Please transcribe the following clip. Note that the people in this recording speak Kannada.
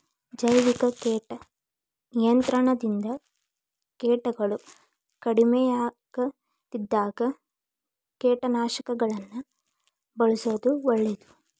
ಜೈವಿಕ ಕೇಟ ನಿಯಂತ್ರಣದಿಂದ ಕೇಟಗಳು ಕಡಿಮಿಯಾಗದಿದ್ದಾಗ ಕೇಟನಾಶಕಗಳನ್ನ ಬಳ್ಸೋದು ಒಳ್ಳೇದು